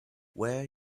where